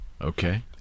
okay